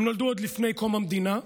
הם נולדו עוד לפני קום המדינה,